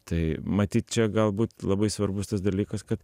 tai matyt čia galbūt labai svarbus tas dalykas kad